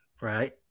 right